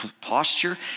posture